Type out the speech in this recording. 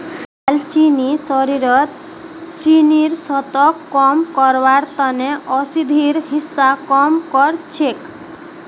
दालचीनी शरीरत चीनीर स्तरक कम करवार त न औषधिर हिस्सा काम कर छेक